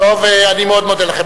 טוב, אני מאוד מודה לכם.